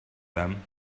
them